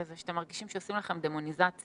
זה שאתם מרגישים שעושים לכם דמוניזציה